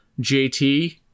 JT